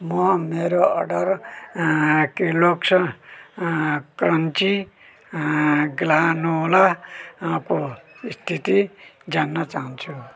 म मेरो अर्डर अँ केलोग्स अँ क्रन्ची अँ ग्रानोलाको स्थिति जान्न चाहन्छु